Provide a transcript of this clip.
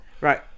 right